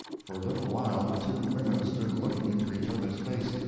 for a little while the two women stood looking into each other's face,